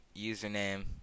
username